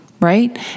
right